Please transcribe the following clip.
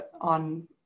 on